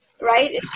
Right